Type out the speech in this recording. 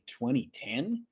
2010